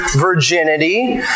virginity